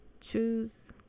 choose